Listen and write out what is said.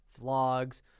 vlogs